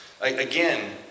again